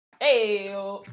Hey